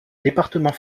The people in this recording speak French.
département